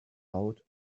out